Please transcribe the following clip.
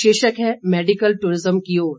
शीर्षक है medical tourism की ओर